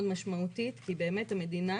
מאוד משמעותית כי באמת המדינה